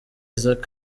isaac